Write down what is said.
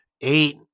eight